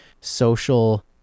social